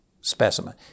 specimen